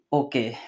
okay